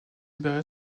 libérer